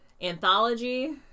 anthology